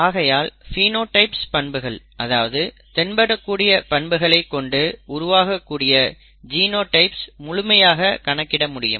ஆகையால் பினோடைப்ஸ் பண்புகள் அதாவது தென்படக்கூடிய பண்புகளைக் கொண்டு உருவாகக்கூடிய ஜினோடைப்ஸ் ஐ முழுமையாக கணக்கிட முடியும்